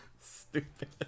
Stupid